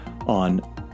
on